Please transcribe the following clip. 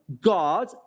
God